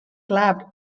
clapped